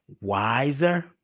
wiser